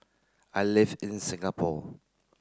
I live in Singapore